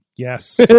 Yes